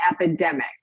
epidemic